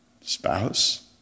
Spouse